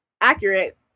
accurate